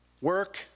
work